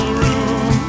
room